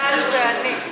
ואני.